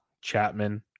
Chapman